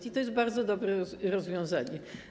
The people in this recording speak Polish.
I to jest bardzo dobre rozwiązanie.